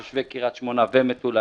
את תושבי קריית שמונה ומטולה.